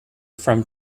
from